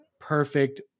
perfect